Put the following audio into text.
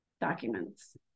documents